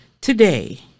today